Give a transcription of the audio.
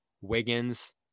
Wiggins